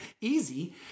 easy